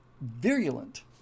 virulent